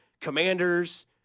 Commanders